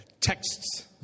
Texts